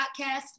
podcast